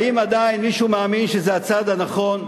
האם עדיין מישהו מאמין שזה הצעד הנכון?